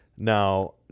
Now